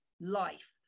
life